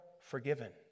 forgiven